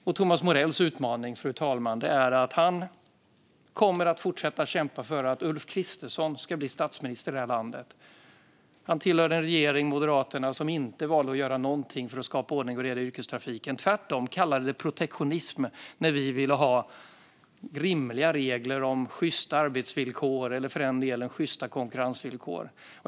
Thomas Morells utmaning, fru talman, är att han kommer att fortsätta kämpa för att Ulf Kristersson ska bli statsminister i det här landet. Han tillhörde en moderat regering som valde att inte göra någonting för att skapa ordning och reda i yrkestrafiken. Man kallade det tvärtom protektionism när vi ville ha rimliga regler om sjysta arbetsvillkor eller, för den delen, sjysta konkurrensvillkor.